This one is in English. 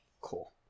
Cool